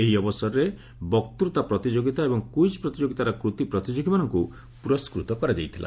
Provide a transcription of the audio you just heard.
ଏହି ଅବସରରେ ବକ୍ତା ପ୍ରତିଯୋଗୀତା ଏବଂ କୁଇଜ ପ୍ରତିଯୋଗୀତାର କ୍ତୀ ପ୍ରତିଯୋଗୀ ମାନଙ୍କୁ ପୁରସ୍କୃତ କରାଯାଇଥିଲା